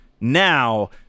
Now